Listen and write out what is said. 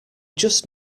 just